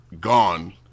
Gone